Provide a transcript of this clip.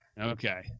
Okay